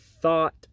thought